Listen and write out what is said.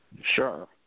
Sure